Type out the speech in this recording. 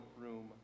room